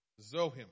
Zohim